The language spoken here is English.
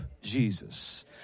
Jesus